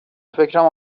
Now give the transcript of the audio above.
فکرم